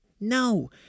No